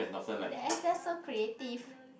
the actor so creative